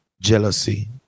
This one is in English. jealousy